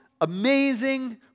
amazing